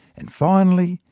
and finally,